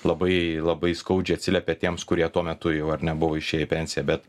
labai labai skaudžiai atsiliepia tiems kurie tuo metu jau ar ne buvo išėję į pensiją bet